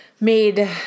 made